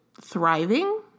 thriving